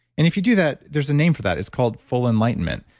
and if you do that. there's a name for that it's called full enlightenment.